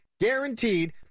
guaranteed